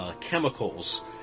chemicals